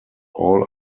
all